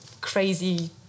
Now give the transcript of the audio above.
crazy